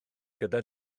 gyda